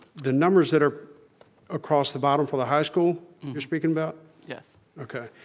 the numbers that are across the bottom for the high school you're speaking about? yes. okay,